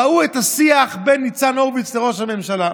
ראו את השיח בין ניצן הורוביץ לראש הממשלה.